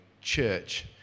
church